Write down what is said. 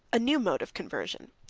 a new mode of conversion,